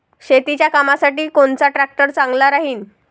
शेतीच्या कामासाठी कोनचा ट्रॅक्टर चांगला राहीन?